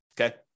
Okay